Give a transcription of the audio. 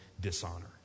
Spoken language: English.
dishonor